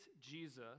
Jesus